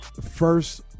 first